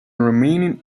remaining